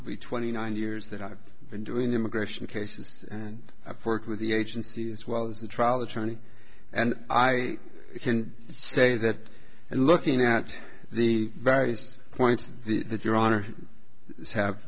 will be twenty nine years that i've been doing immigration cases and i've worked with the agency as well as the trial attorney and i can say that and looking at the various points that your honor have